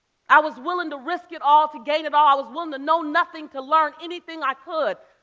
i was willing to risk it all to gain it all. i was willing to know nothing to learn anything i could,